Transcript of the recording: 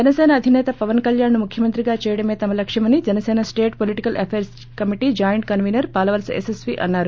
జనసేన అధిసేత పవన్ కళ్యాణ్ను మఖ్యమంత్రిగా చేయడమే తమ లక్ష్యమని Janasena state political affairs committee joint convener Palavalasa Yashasvi అన్నారు